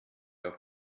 auf